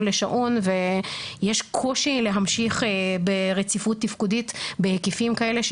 לשעון ויש קושי להמשיך ברציפות תפקודית בהיקפים כאלה,